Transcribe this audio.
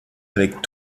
avec